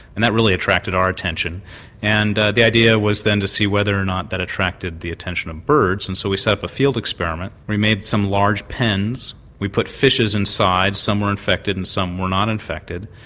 and that really attracted our attention and the idea was then to see whether or not that attracted the attention of birds, so we set up a field experiment. we made some large pens, we put fishes inside some were infected and some were not infected,